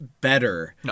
better